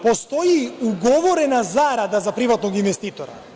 Postoji ugovorena zarada za privatnog investitora.